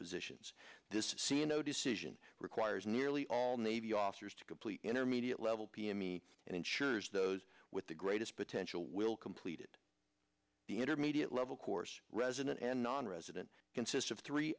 positions this scieno decision requires nearly all navy officers to complete intermediate level pm me and ensures those with the greatest potential will completed the intermediate level course resident and nonresident consist of three